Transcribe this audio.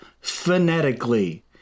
phonetically